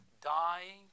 Dying